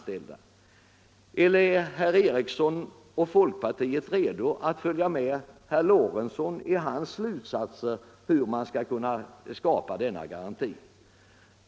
Eller är herr Eriksson och folkpartiet redo att ansluta sig till herr Lorentzons förslag om hur man skall lösa denna garantifråga?